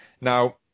Now